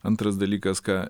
antras dalykas ką